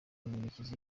murekezi